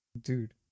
Dude